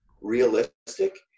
realistic